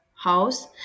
house